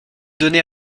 donner